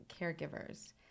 caregivers